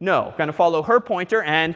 no. gonna follow her pointer, and